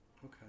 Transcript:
Okay